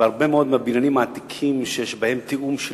שהרבה מאוד מהבניינים העתיקים שיש בהם תיאום של